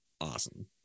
awesome